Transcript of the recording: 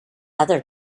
other